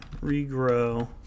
regrow